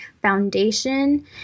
Foundation